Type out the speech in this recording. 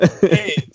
Hey